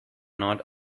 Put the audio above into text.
not